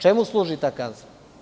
Čemu služi ta kazna?